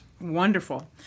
Wonderful